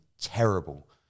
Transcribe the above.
terrible